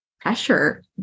pressure